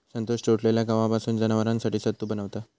संतोष तुटलेल्या गव्हापासून जनावरांसाठी सत्तू बनवता